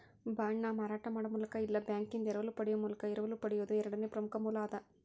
ಬಾಂಡ್ನ ಮಾರಾಟ ಮಾಡೊ ಮೂಲಕ ಇಲ್ಲಾ ಬ್ಯಾಂಕಿಂದಾ ಎರವಲ ಪಡೆಯೊ ಮೂಲಕ ಎರವಲು ಪಡೆಯೊದು ಎರಡನೇ ಪ್ರಮುಖ ಮೂಲ ಅದ